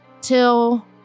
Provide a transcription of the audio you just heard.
Till